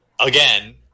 again